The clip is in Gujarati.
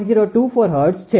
024 હર્ટ્ઝ છે